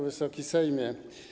Wysoki Sejmie!